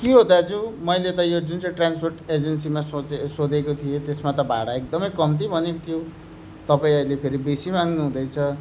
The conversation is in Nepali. के हो दाजु मैले त यो जुन चाहिँ ट्रान्सपोर्ट एजेन्सीमा सोचे सोधेको थिएँ त्यसमा त भाडा एकदमै कम्ती भनेको थियो तपाईँ अहिले फेरि बेसी माग्नुहुँदैछ